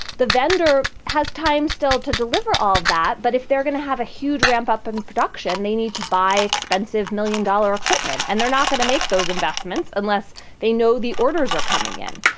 the vendor has time still to deliver all that. but if they're going to have a huge ramp up in and production, they need to buy expensive million dollar equipment. and they're not going to make those investments unless they know the orders are coming in.